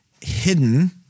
hidden